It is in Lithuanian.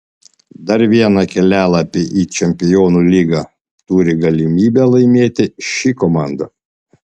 dar vieną kelialapį į čempionų lygą turi galimybę laimėti ši komanda